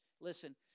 listen